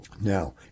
Now